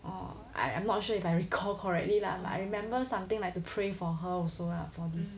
orh I I'm not sure if I recall correctly lah but I remember something like to pray for her also lah for this